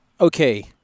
okay